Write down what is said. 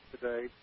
today